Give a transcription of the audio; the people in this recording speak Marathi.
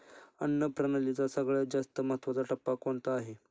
अन्न प्रणालीचा सगळ्यात जास्त महत्वाचा टप्पा कोणता आहे?